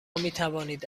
میتوانید